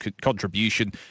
contribution